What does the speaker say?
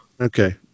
okay